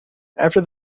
after